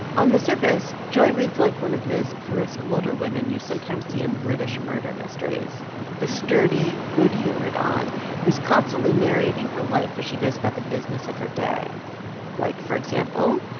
on the surface, joy reads like one of those brisk older women you sometimes see in british murder mysteries the sturdy, good-humored aunt who's constantly narrating her life as she goes about the business of her day like, for example,